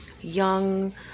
young